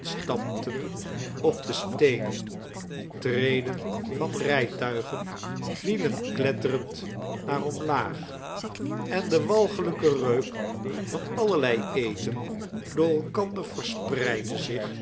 stampten op de steenen treden van rijtuigen vielen kletterend naar omlaag en de walgelijke reuk van alleilei eten door elkander verspreidde zich